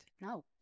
No